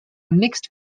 mixed